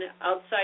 outside